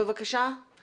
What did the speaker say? אני